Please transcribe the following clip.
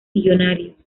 millonarios